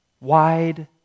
wide